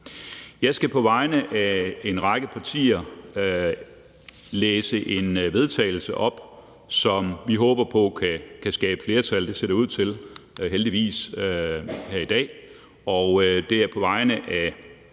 Jeg skal på vegne af en række partier læse et forslag til vedtagelse op, som vi håber kan skabe flertal – og det ser det heldigvis ud